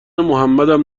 محمدم